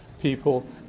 people